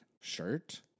shirt